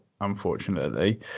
unfortunately